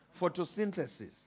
photosynthesis